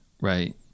right